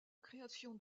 création